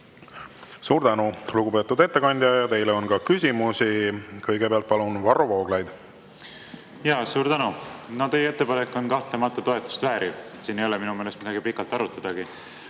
Suur tänu, lugupeetud ettekandja! Teile on ka küsimusi. Kõigepealt palun, Varro Vooglaid! Suur tänu! Teie ettepanek on kahtlemata toetust vääriv, siin ei ole minu meelest midagi pikalt arutadagi.